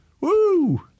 Woo